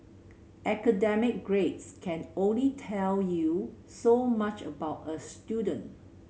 academic grades can only tell you so much about a student